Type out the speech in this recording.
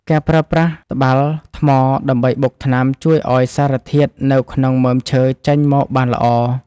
ការប្រើប្រាស់ត្បាល់ថ្មដើម្បីបុកថ្នាំ ជួយឱ្យសារធាតុនៅក្នុងមើមឈើចេញមកបានល្អ។